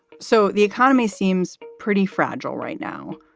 so the economy seems pretty fragile right now.